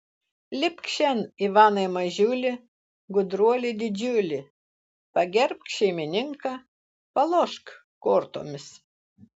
lipk šen ivanai mažiuli gudruoli didžiuli pagerbk šeimininką palošk kortomis